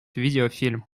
видеофильм